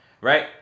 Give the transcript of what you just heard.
right